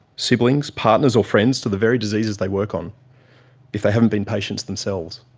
siblings, partners or friends to the very diseases they work on if they haven't been patients themselves.